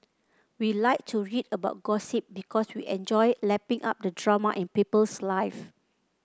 we like to read about gossip because we enjoy lapping up the drama in people's life